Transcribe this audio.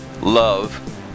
love